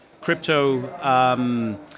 crypto